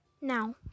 now